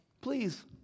please